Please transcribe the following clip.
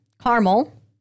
Caramel